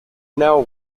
now